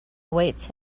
awaits